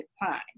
decline